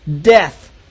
death